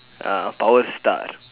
uh power star